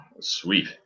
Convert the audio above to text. sweet